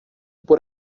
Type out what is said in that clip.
por